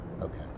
Okay